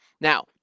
now